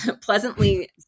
pleasantly